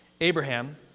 Abraham